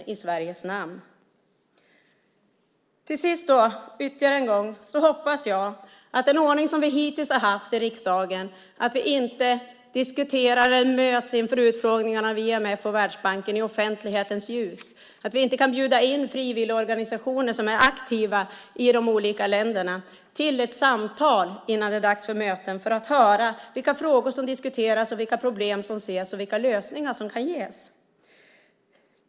Till sist hoppas jag ytterligare en gång på en ändring av den ordning som vi hittills har haft i riksdagen, där vi inte diskuterat eller mötts inför utfrågningarna om IMF och Världsbanken i offentlighetens ljus, att vi inte kunnat bjuda in frivilligorganisationer som är aktiva i de olika länderna till ett samtal innan det är dags för möten för att höra vilka frågor som diskuteras, vilka problem som finns och vilka lösningar som kan ges.